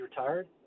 retired